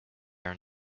are